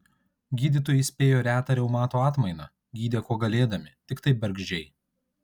gydytojai spėjo retą reumato atmainą gydė kuo galėdami tiktai bergždžiai